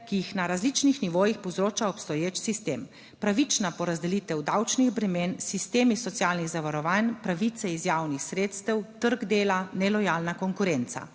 ki jih na različnih nivojih povzroča obstoječ sistem: pravična porazdelitev davčnih bremen, sistemi socialnih zavarovanj, pravice iz javnih sredstev, trg dela, nelojalna konkurenca.